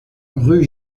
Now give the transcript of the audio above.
rue